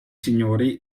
signori